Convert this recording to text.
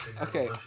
Okay